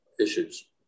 issues